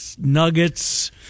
Nuggets